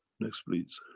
next please.